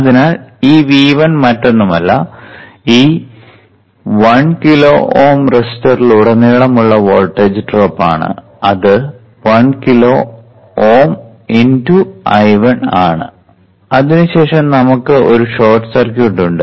അതിനാൽ ഈ V1 മറ്റൊന്നുമല്ല ഈ 1 കിലോ Ω റെസിസ്റ്ററിലുടനീളം ഉള്ള വോൾട്ടേജ് ഡ്രോപ്പ് ആണ് അത് 1 കിലോ Ω × I1 ആണ് അതിനുശേഷം നമുക്ക് ഒരു ഷോർട്ട് സർക്യൂട്ട് ഉണ്ട്